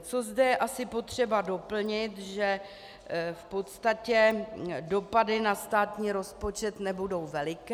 Co zde je asi potřeba doplnit, že v podstatě dopady na státní rozpočet nebudou veliké.